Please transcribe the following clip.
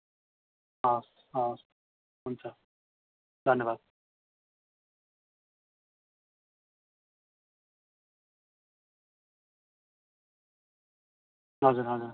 हवस् हवस् हुन्छ धन्यवाद हजुर हजुर